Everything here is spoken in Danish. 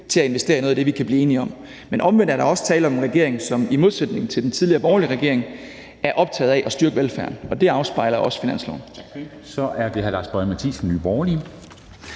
til at investere i noget af det, vi kan blive enige om. Men omvendt er der også tale om en regering, som i modsætning til den tidligere borgerlige regering er optaget af at styrke velfærden, og det afspejles også i finansloven. Kl. 09:31 Formanden (Henrik